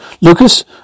Lucas